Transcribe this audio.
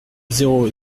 zéro